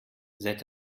seit